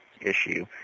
issue